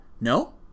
No